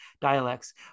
dialects